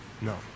no